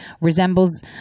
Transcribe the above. resembles